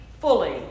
fully